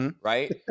Right